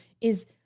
is-